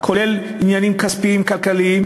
כולל עניינים כספיים כלכליים,